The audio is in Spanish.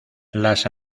las